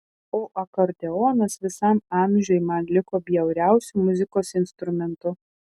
o akordeonas visam amžiui man liko bjauriausiu muzikos instrumentu